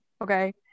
okay